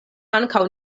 ankaŭ